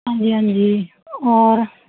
ਹਾਂਜੀ ਹਾਂਜੀ ਔਰ